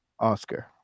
oscar